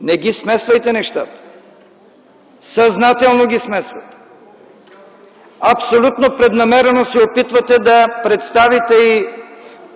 Не смесвайте нещата. Съзнателно ги смесвате! Абсолютно преднамерено се опитвате да представите и